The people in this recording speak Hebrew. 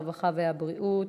הרווחה והבריאות.